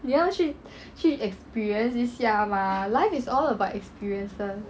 你要去去 experience 一下吗 life is all about experiences